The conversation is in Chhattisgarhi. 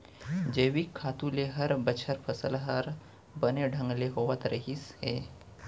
जैविक खातू ले हर बछर फसल हर बने ढंग ले होवत रहिस हे